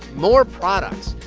more products.